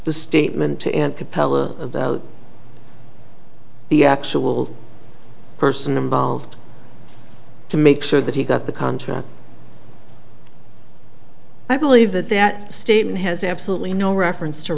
the statement to aunt capella about the actual person involved to make sure that he got the contract i believe that that statement has absolutely no reference to